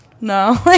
No